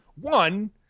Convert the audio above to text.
One